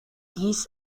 dies